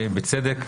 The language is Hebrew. בצדק,